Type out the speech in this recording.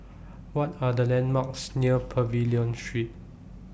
What Are The landmarks near Pavilion Street